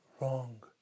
wrong